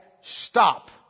stop